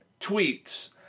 tweets